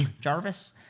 Jarvis